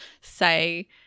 say